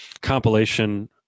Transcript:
compilation